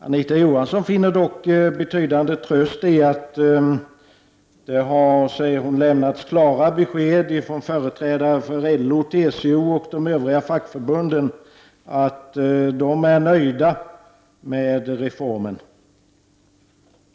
Anita Johansson finner dock betydande tröst i det faktum att det 93 har lämnats klara besked från företrädare för LO, TCO och de övriga fack förbunden om att de är nöjda med reformen.